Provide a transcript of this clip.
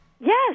Yes